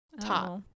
top